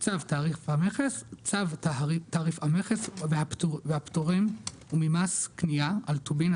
"צו תעריף המכס" צו תעריף המכס והפטורים ומס קנייה על טובין,